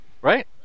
Right